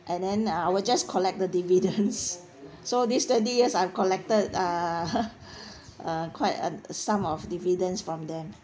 and then uh I will just collect the dividends so these twenty years I've collected uh uh quite a sum of dividends from them